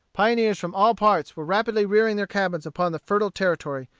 pioneers from all parts were rapidly rearing their cabins upon the fertile territory,